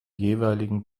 jeweiligen